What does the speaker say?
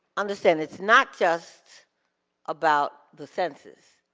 understand, it's not just about the census.